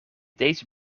deze